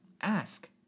Ask